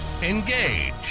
engage